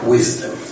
Wisdom